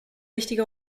wichtige